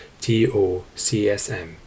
TOCSM